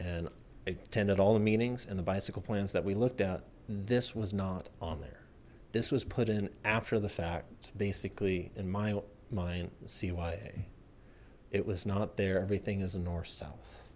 and attended all the meetings and the bicycle plans that we looked at this was not on there this was put in after the fact basically in my mind cya it was not there everything as a north south